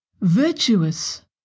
virtuous